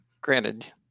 Granted